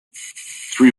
three